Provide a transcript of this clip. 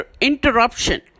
interruption